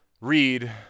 Read